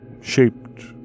shaped